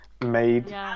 made